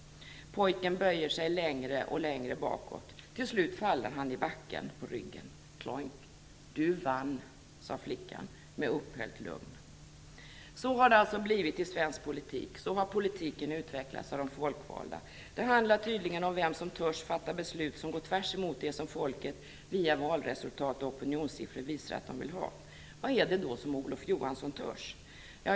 Pojken böjer sig längre och längre bakåt. Till slut faller han på ryggen i backen. Kloink. "Du vann", säger flickan med upphöjt lugn. Så har det alltså blivit i svensk politik, så har politiken utvecklats av de folkvalda. Det handlar tydligen om vem som törs fatta beslut som går tvärtemot det som folket via valresultat och opinionssiffror visar att det vill ha. Vad är det då som Olof Johansson törs?